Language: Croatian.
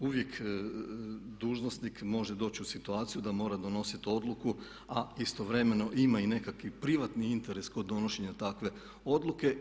Uvijek dužnosnik može doći u situaciju da mora donositi odluku a istovremeno ima i nekakvi privatni interes kod donošenja takve odluke.